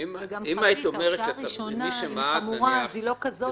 אם היית אומרת שמי שמעד,